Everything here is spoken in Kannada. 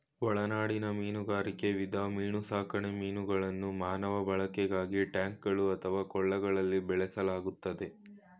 ಒಳನಾಡಿನ ಮೀನುಗಾರಿಕೆ ವಿಧ ಮೀನುಸಾಕಣೆ ಮೀನುಗಳನ್ನು ಮಾನವ ಬಳಕೆಗಾಗಿ ಟ್ಯಾಂಕ್ಗಳು ಅಥವಾ ಕೊಳಗಳಲ್ಲಿ ಬೆಳೆಸಲಾಗ್ತದೆ